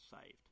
saved